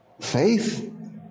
Faith